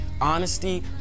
honesty